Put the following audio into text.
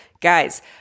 guys